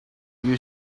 you